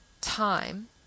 time